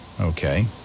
Okay